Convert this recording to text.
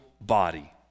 body